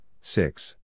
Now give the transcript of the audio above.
six